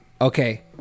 Okay